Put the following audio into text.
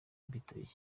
abitabiriye